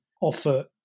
offer